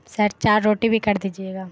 سر چار روٹی بھی کر دیجیے گا